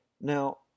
Now